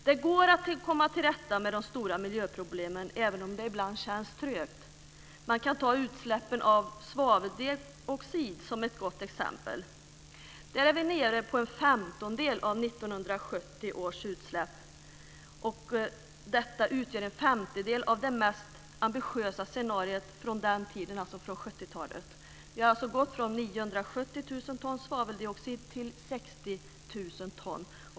Det går att komma till rätta med de stora miljöproblemen, även om det ibland känns trögt. Man kan ta utsläppen av svaveldioxid som ett gott exempel. Där är vi nere på en femtondel av 1970 års utsläpp. Detta utgör en femtedel av vad man tänkte sig i det mest ambitiösa scenariot från den tiden - från 70 talet. Vi har alltså gått från 970 000 ton svaveldioxid till 60 000 ton.